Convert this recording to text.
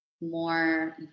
more